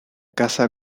casa